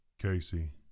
Casey